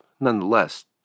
nonetheless